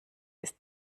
ist